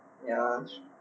ya